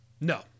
No